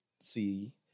see